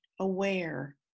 aware